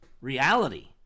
reality